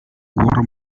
war